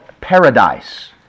Paradise